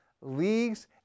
leagues